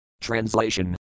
Translation